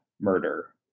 murder